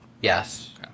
Yes